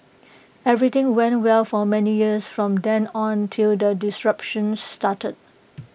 everything went well for many years from then on till the disruptions started